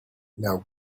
now